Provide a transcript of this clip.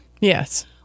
Yes